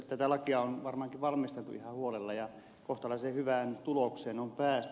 tätä lakia on varmaankin valmisteltu ihan huolella ja kohtalaisen hyvään tulokseen on päästy